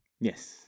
yes